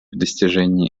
достижении